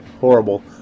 horrible